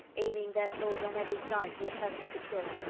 aiming their swords on every side the accursed to kill,